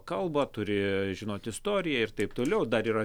kalbą turi žinoti istoriją ir taip toliau dar yra